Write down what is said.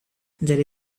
there